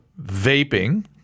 Vaping